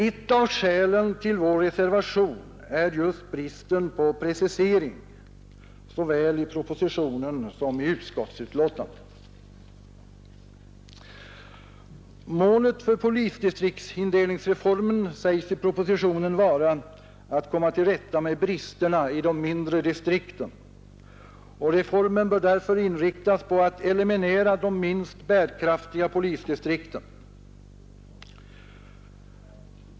Ett av skälen till vår reservation är just bristen på precisering såväl i propositionen som i utskottsbetänkandet. Målet för polisdistriktsindelningsreformen sägs i propositionen vara att komma till rätta med bristerna i de mindre distrikten, och reformen bör därför inriktas på att eliminera de minst bärkraftiga polisdistrikten.